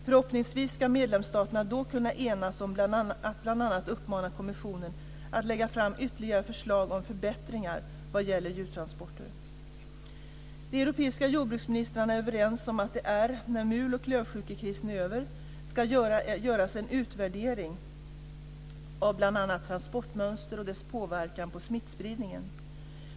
Förhoppningsvis ska medlemsstaterna då kunna enas om att bl.a. uppmana kommissionen att lägga fram ytterligare förslag om förbättringar vad gäller djurtransporter. De europeiska jordbruksministrarna är överens om att det när mul och klövsjukekrisen är över ska göras en utvärdering av bl.a. transportmönster och deras påverkan på smittspridningen.